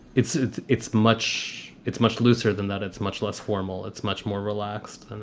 it's it's it's much it's much looser than that. it's much less formal. it's much more relaxed. and